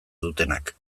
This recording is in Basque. dutenak